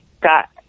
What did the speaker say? got